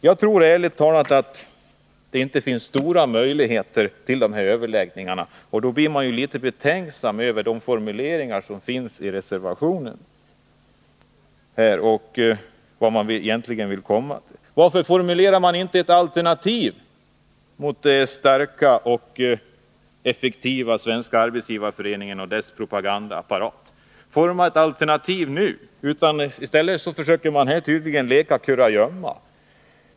Jag tror ärligt talat inte att det finns stora förutsättningar att hålla några överläggningar. Därför blir jag litet betänksam över formuleringarna i reservationen. Vart vill socialdemokraterna egentligen komma? Varför formulerar man inte nu ett alternativ till den starka och effektiva Svenska arbetsgivareföreningen och dess propagandaapparat? I stället försöker man leka kurragömma.